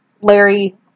Larry